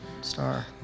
star